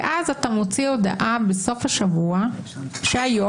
ואז אתה מוציא הודעה בסוף השבוע שהיום,